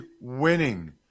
winning